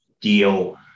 deal